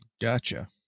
Gotcha